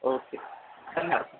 okay धन्यवादः